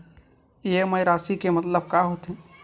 EMI राशि के मतलब का होथे?